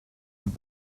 und